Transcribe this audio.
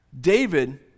David